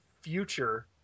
future